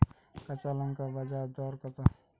কাঁচা লঙ্কার বাজার দর কত?